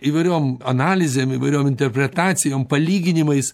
įvairiom analizėm įvairiom interpretacijom palyginimais